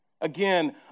Again